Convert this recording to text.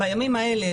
בימים האלה,